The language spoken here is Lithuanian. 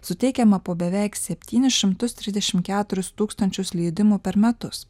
suteikiama po beveik septynis šimtus trisdešim keturis tūkstančius leidimų per metus